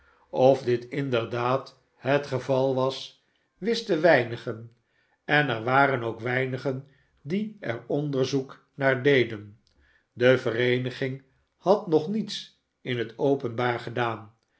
of dit inderdaad het geval was wisten weinigen en er waren ook weinigen die er onderzoek naar deden de vereeniging had nog niets in het openbaar gedaan